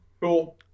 Cool